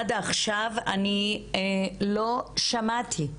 עד עכשיו אני לא שמעתי,